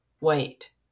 wait